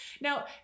Now